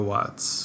Watts